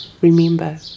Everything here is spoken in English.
remember